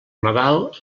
nadal